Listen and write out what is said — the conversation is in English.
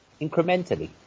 Incrementally